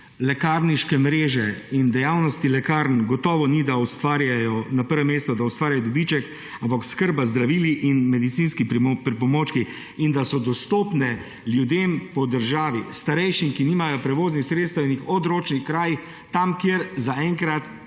lekarniške mreže in dejavnosti lekarn gotovo ni na prvem mestu, da ustvarjajo dobiček, ampak oskrba z zdravili in medicinski pripomočki in da so dostopne ljudem po državi, starejšim, ki nimajo prevoznih sredstev v odročnih krajih, tam, kjer zaenkrat še obstajajo